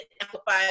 amplify